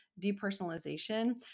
depersonalization